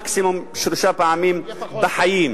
מקסימום שלוש פעמים בחיים.